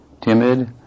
timid